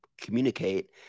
communicate